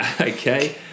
okay